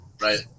Right